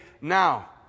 Now